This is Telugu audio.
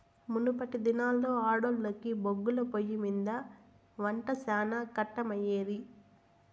మునపటి దినాల్లో ఆడోల్లకి బొగ్గుల పొయ్యిమింద ఒంట శానా కట్టమయ్యేది